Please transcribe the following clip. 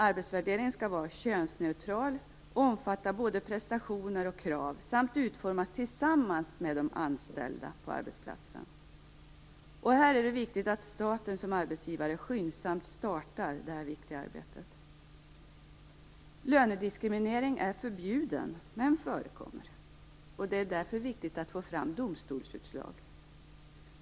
Arbetsvärderingen skall vara könsneutral och omfatta både prestationer och krav samt utformas tillsammans med de anställda på arbetsplatsen. Här är det viktigt att staten som arbetsgivare skyndsamt startar detta viktiga arbete. Lönediskriminering är förbjuden, men förekommer. Det är därför viktigt att få fram domstolsutslag.